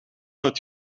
het